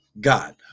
God